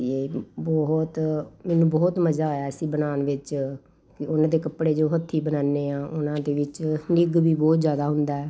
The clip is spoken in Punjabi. ਇਹ ਬਹੁਤ ਮੈਨੂੰ ਬਹੁਤ ਮਜ਼ਾ ਆਇਆ ਸੀ ਬਣਾਉਣ ਵਿੱਚ ਉੱਨ ਦੇ ਕੱਪੜੇ ਜੋ ਹੱਥੀ ਬਣਾਉਦੇ ਹਾਂ ਉਹਨਾਂ ਦੇ ਵਿੱਚ ਨਿੱਘ ਵੀ ਬਹੁਤ ਜ਼ਿਆਦਾ ਹੁੰਦਾ